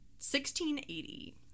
1680